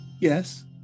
Yes